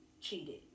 cheated